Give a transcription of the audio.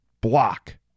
block